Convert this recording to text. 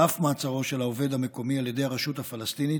על אף מעצרו של העובד המקומי על ידי הרשות הפלסטינית,